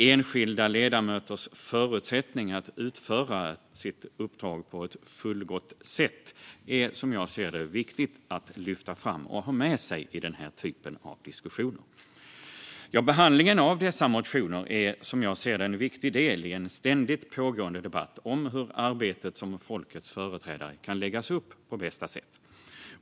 Enskilda ledamöters förutsättningar att utföra sitt uppdrag på ett fullgott sätt är som jag ser det viktigt att lyfta fram och ha med sig i diskussioner som denna. Behandlingen av motionerna är en viktig del i en ständigt pågående debatt om hur arbetet som folkets företrädare kan läggas upp på bästa sätt.